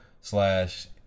slash